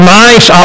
nice